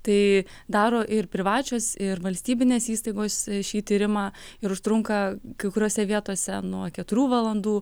tai daro ir privačios ir valstybinės įstaigos šį tyrimą ir užtrunka kai kuriose vietose nuo keturių valandų